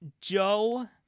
Joe